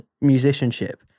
musicianship